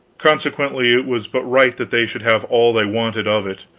consequently it was but right that they should have all they wanted of it.